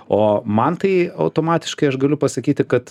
o man tai automatiškai aš galiu pasakyti kad